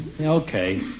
Okay